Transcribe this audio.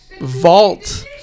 vault